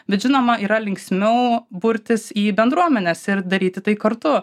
bet žinoma yra linksmiau burtis į bendruomenes ir daryti tai kartu